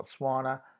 Botswana